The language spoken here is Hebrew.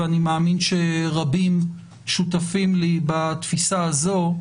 ואני מאמין שרבים שותפים לי בתפיסה הזו,